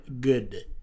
good